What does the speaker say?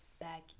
back